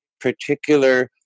particular